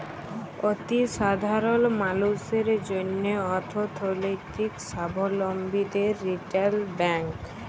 অতি সাধারল মালুসের জ্যনহে অথ্থলৈতিক সাবলম্বীদের রিটেল ব্যাংক